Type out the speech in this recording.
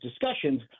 discussions